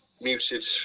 muted